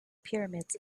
pyramids